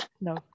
no